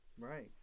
Right